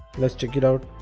let's check it out